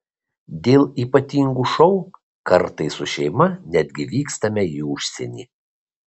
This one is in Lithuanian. dėl ypatingų šou kartais su šeima netgi vykstame į užsienį